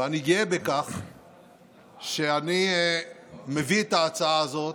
ואני גאה בכך שאני מביא את ההצעה הזאת,